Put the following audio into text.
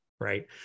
right